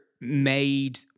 made